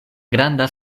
granda